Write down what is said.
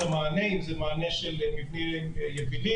המענה אם זה מענה בצורה של מבנים יבילים,